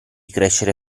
crescere